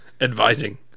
advising